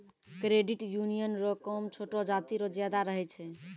credit union रो काम छोटो जाति रो ज्यादा रहै छै